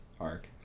arc